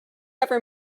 ever